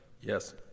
Yes